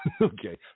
Okay